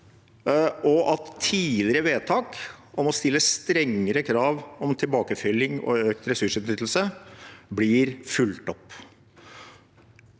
og at tidligere vedtak om å stille strengere krav om tilbakefylling og økt ressursutnyttelse blir fulgt opp.